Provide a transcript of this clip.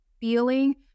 feeling